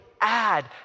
add